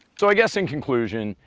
so i guess in conclusion,